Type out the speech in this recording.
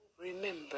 Remember